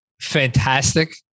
Fantastic